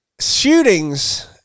shootings